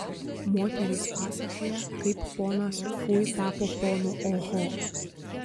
moterys pasakoja kaip ponas fui tapo ponu oho